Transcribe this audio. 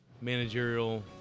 Managerial